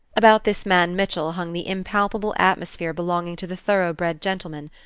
about this man mitchell hung the impalpable atmosphere belonging to the thoroughbred gentleman,